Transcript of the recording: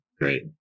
great